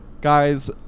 guys